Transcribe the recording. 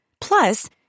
Plus